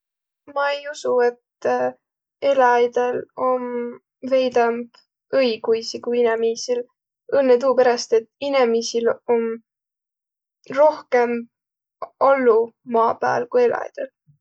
Ma-i usuq, et eläjidel om veidemb õiguisi kui inemiisil õnnõ tuuperäst, et inemiisil om rohkõmb allu maa pääl kui eläjidel.